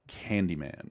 Candyman